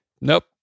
Nope